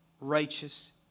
righteous